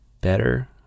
better